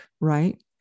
right